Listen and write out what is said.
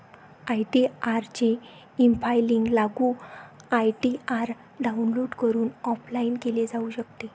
ITR चे efiling लागू ITR download करून ऑफलाइन केले जाऊ शकते